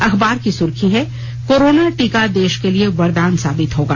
अखबार की सुर्खी है कोरोना टीका देा के लिए वरदान साबित होगा